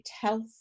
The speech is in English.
health